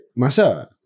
Masa